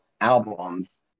albums